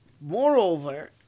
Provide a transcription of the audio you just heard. moreover